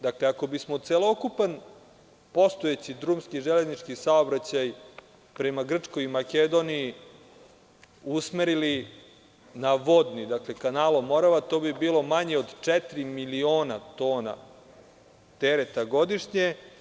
Dakle, ako bismo celokupan postojeći drumski i železnički saobraćaj prema Grčkoj i Makedoniji usmerili na vodni, dakle, kanalom Morava, to bi bilo manje od četiri miliona tona tereta godišnje.